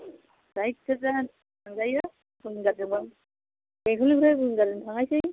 जायखिजाया थांजायो विंगारजोंबाबो बेंथलनिफ्राय विंगारजों थांनोसै